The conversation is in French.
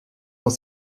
dans